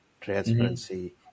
transparency